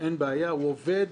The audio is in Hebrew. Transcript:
אין בעיה, הוא עובד.